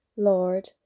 lord